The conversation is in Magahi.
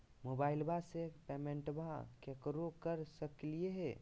मोबाइलबा से पेमेंटबा केकरो कर सकलिए है?